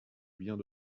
vient